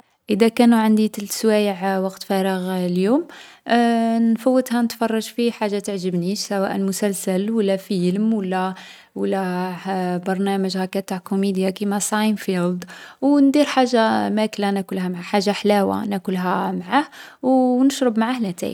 اذا كانو عندي تلت سوايع وقت فراغ اليوم، نفوتها نتفرج في حاجة تعجبني، سواء مسلسل و لا فيلم و لا و لا برنامج هاكا تاع كوميديا كيما ساينفلد. او نيدر حاجة ماكلة ناكلها مع حاجة حلاوة ناكلها معاه. او و نشرب معاه لاتاي.